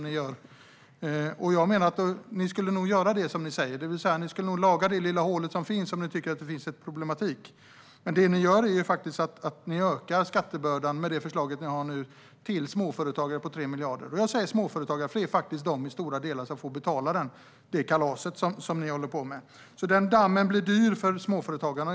Ni skulle nog göra det som ni säger, det vill säga laga det lilla hål som finns, om ni tycker att det finns en problematik här. Men det ni gör med det förslag som ni nu har är att ni ökar skattebördan för småföretagare med 3 miljarder. Det är faktiskt småföretagare som i stora delar får betala ert kalas. Den dammen blir dyr för småföretagarna.